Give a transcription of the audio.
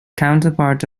counterpart